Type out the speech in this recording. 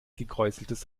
gekräuseltes